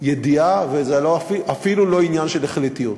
ידיעה וזה אפילו לא עניין של החלטיות.